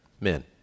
Men